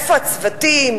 איפה הצוותים,